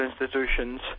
institutions